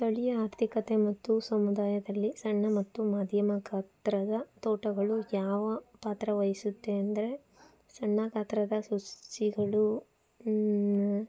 ಸ್ಥಳೀಯ ಆರ್ಥಿಕತೆ ಮತ್ತು ಸಮುದಾಯದಲ್ಲಿ ಸಣ್ಣ ಮತ್ತು ಮಧ್ಯಮ ಗಾತ್ರದ ತೋಟಗಳು ಯಾವ ಪಾತ್ರವಹಿಸುತ್ತೆ ಅಂದರೆ ಸಣ್ಣ ಗಾತ್ರದ ಸಸಿಗಳು